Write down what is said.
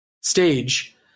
stage